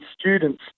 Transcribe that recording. students